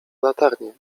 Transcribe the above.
latarnię